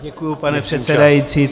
Děkuji, pane předsedající.